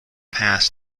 pass